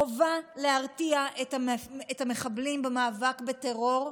חובה להרתיע את המחבלים במאבק בטרור,